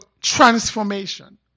transformation